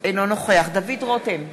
אינו נוכח דוד רותם,